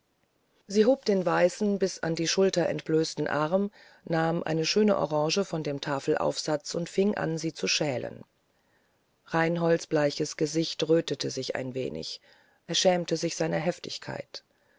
sie hob den weißen bis an die schulter entblößten arm nahm eine schöne orange von dem tafelaufsatz und fing an sie zu schälen reinholds bleiches gesicht rötete sich ein wenig er schämte sich seiner heftigkeit